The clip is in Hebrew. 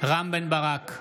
רם בן ברק,